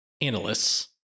analysts